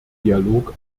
dialog